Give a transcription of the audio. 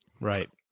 Right